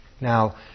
Now